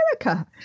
America